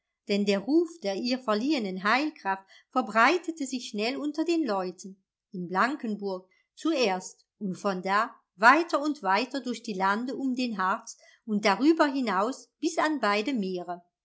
denn der ruf der ihr verliehenen heilkraft verbreitete sich schnell unter den leuten in blankenburg zuerst und von da weiter und weiter durch die lande um den harz und darüber hinaus bis an beide meere